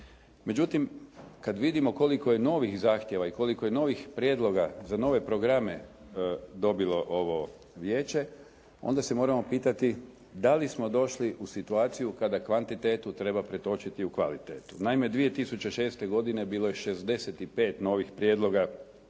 Međutim, kad vidimo koliko je novih zahtjeva i koliko je novih prijedloga za nove programe dobilo ovo Vijeće, onda se moramo pitati da li smo došli u situaciju kada kvantitetu treba pretočiti u kvalitetu. Naime, 2006. godine bilo je 65 novih prijedloga